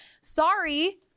sorry